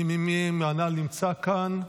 האם מי מהנ"ל נמצא כאן?